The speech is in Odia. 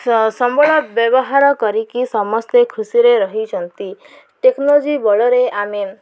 ସମ୍ବଳ ବ୍ୟବହାର କରିକି ସମସ୍ତେ ଖୁସିରେ ରହିଛନ୍ତି ଟେକ୍ନୋଲୋଜି ବଳରେ ଆମେ